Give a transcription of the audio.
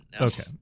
Okay